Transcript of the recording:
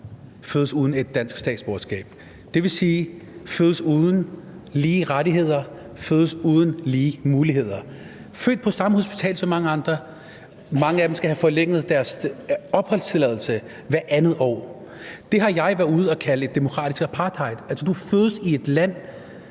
fødes uden et dansk statsborgerskab, det vil sige fødes uden lige rettigheder, fødes uden lige muligheder. De er født på det samme hospital som mange andre, og mange af dem skal have forlænget deres opholdstilladelse hvert andet år. Det har jeg været ude at kalde demokratisk apartheid. Altså, du fødes i et land,